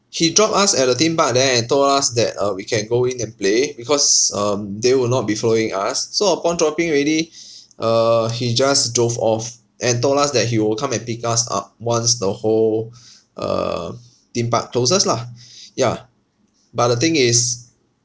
she dropped us at the theme park then and told us that uh we can go in and play because um they will not be following us so upon dropping already uh he just drove off and told us that he will come and pick us up once the whole um theme park closes lah ya but the thing is